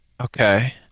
okay